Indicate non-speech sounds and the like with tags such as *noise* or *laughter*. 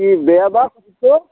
*unintelligible*